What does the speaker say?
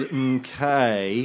okay